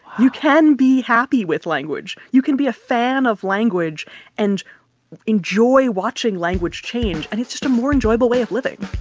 you can be happy with language. you can be a fan of language and enjoy watching language change. and it's just a more enjoyable way of living